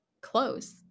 close